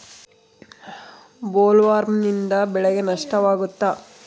ಬೊಲ್ವರ್ಮ್ನಿಂದ ಬೆಳೆಗೆ ನಷ್ಟವಾಗುತ್ತ?